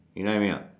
you know what I mean not